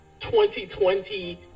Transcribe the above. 2020